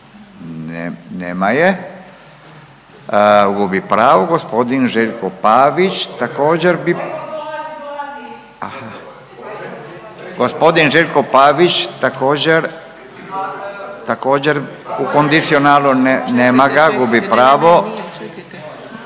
Nema je, gubi pravo. Gospodin Željko Pavić, također bi. …/Upadica: Dolazi! Dolazi!/… Gospodin Željko Pavić također u kondicionalu, nema ga. Gubi pravo.